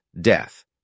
death